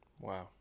Wow